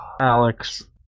Alex